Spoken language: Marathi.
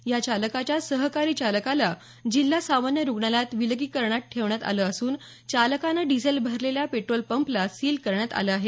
या चालकाच्या सहकारी चालकाला जिल्हा सामान्य रुग्णालयात विलगीकरणात ठेवण्यात आलं असून चालकानं डिझेल भरलेल्या पेट्रोल पंपला सील करण्यात आलं आहे